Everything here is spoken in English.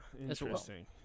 Interesting